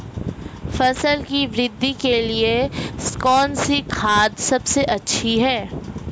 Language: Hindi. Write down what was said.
फसल की वृद्धि के लिए कौनसी खाद सबसे अच्छी है?